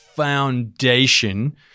Foundation